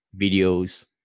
videos